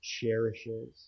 cherishes